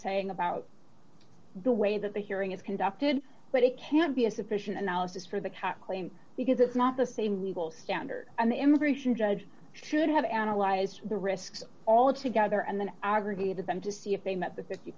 saying about the way that the hearing is conducted but it can't be a sufficient analysis for the cost claim because it's not the same legal standard and the immigration judge should have analyzed the risks all together and then aggregated them to see if they met the fifty